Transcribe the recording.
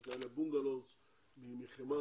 יש מין בונגלוס מחימר